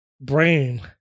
brain